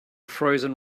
frozen